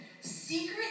Secret